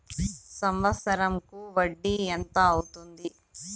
సంవత్సరం కు వడ్డీ ఎంత అవుతుంది?